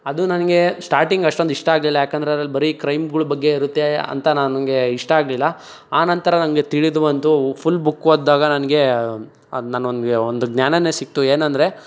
ಅದು ನನಗೆ ಸ್ಟಾರ್ಟಿಂಗ್ ಅಷ್ಟೊಂದು ಇಷ್ಟ ಆಗಲಿಲ್ಲ ಏಕೆಂದ್ರೆ ಅದ್ರಲ್ಲಿ ಬರೀ ಕ್ರೈಮ್ಗಳು ಬಗ್ಗೆ ಇರುತ್ತೆ ಅಂತ ನನಗೆ ಇಷ್ಟ ಆಗಲಿಲ್ಲ ಆನಂತರ ನನಗೆ ತಿಳಿದು ಬಂತು ಫುಲ್ ಬುಕ್ ಓದಿದಾಗ ನನಗೆ ಅದು ನನ್ನ ಒಂದಿಗೆ ಒಂದು ಜ್ಞಾನವೇ ಸಿಕ್ತು ಏನೆಂದರೆ